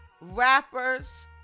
Rappers